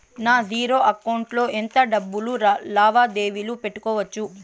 నా zero account లో ఎంత డబ్బులు లావాదేవీలు పెట్టుకోవచ్చు?